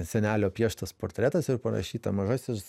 senelio pieštas portretas ir parašyta mažasis